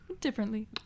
Differently